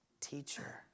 teacher